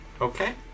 Okay